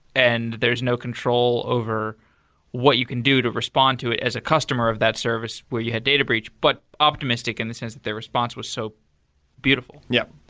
and there's no control over what you can do to respond to it as a customer of that service where you had data breach, but optimistic in the sense that the response was so beautiful. yeah.